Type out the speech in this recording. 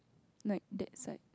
like that side